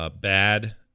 bad